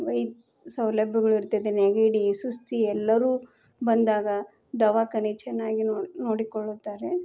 ಇತ್ ಸೌಲಭ್ಯಗಳು ಇರ್ತೈತೆ ನೆಗಡಿ ಸುಸ್ತು ಎಲ್ಲರೂ ಬಂದಾಗ ದವಾಖಾನೆ ಚೆನ್ನಾಗಿ ನೋಡಿಕೊಳ್ಳುತ್ತಾರೆ